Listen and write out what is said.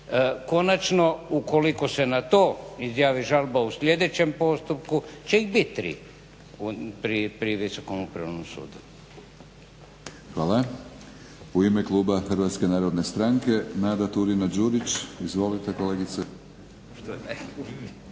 Konačno ukoliko se na to izjavi žalba u sljedećem postupku će ih biti tri pri Visokom upravnom sudu. **Batinić, Milorad (HNS)** Hvala. U ime kluba HNS-a Nada Turina-Đurić. Izvolite kolegice.